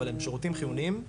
אבל הם שירותים חיוניים,